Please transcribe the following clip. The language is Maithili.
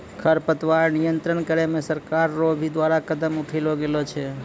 खरपतवार नियंत्रण करे मे सरकार रो भी द्वारा कदम उठैलो गेलो छै